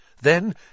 Then